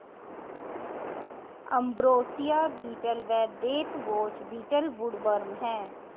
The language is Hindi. अंब्रोसिया बीटल व देथवॉच बीटल वुडवर्म हैं